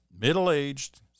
middle-aged